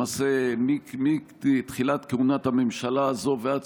למעשה מתחילת כהונת הממשלה הזו ועד